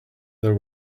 there